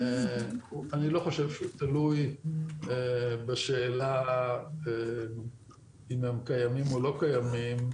אני חושב שזה לא תלוי בשאלה אם הם קיימים או לא קיימים,